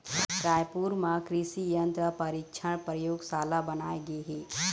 रायपुर म कृसि यंत्र परीक्छन परयोगसाला बनाए गे हे